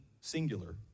singular